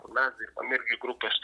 kur mes dirbam irgi grupės